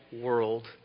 world